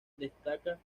destaca